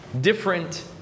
different